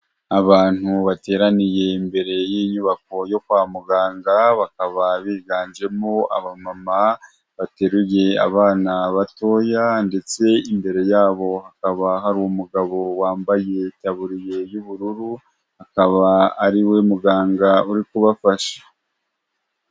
Abantu bateraniye imbere y'inyubako yo kwa muganga, bakaba biganjemo abamama bateruye abana batoya ndetse imbere yabo hakaba hari umugabo wambaye itaburiye y'ubururu, akaba ari we muganga uri kubafasha.